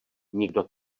nikdo